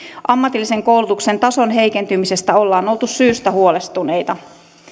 ammatillisen koulutuksen tason heikentymisestä ollaan oltu syystä huolestuneita